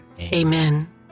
Amen